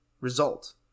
result